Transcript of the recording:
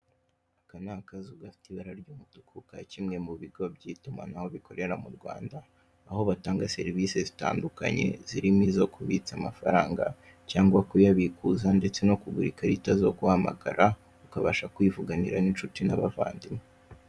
Aka n'akazu gafite ibara ry'umutuku ka kimwe mubigo byitumanaho bikorera m'urwanda aho batanga serivise zitandukanye zirimo izo kubitsa amafaranga cyangwa kuyabikuza ndetse no kugura ikarita zo guhamagara ukabasha kwivuganira n'incuti n'abavandimwe.